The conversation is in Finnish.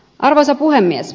arvoisa puhemies